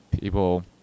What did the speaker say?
people